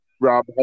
Rob